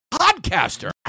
podcaster